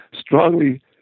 strongly